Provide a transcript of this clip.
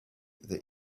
that